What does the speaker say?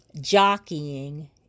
jockeying